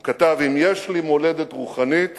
הוא כתב: אם יש לי מולדת רוחנית